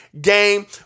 game